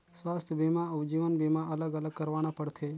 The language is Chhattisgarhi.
स्वास्थ बीमा अउ जीवन बीमा अलग अलग करवाना पड़थे?